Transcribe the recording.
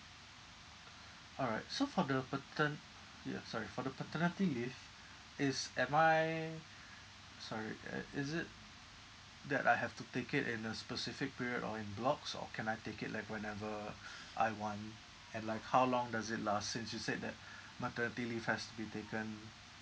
all right so for the patern~ ya sorry for the paternity leave is am I sorry uh is it that I have to take it in a specific period or in blocks or can I take it like whenever I want and like how long does it last since you said that maternity leave has been taken